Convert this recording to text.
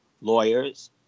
lawyers